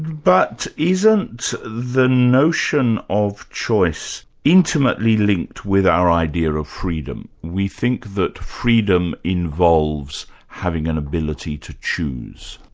but isn't the notion of choice intimately linked with our idea of freedom? we think that freedom involves having an ability to choose.